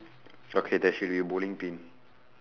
okay there should be a bowling pin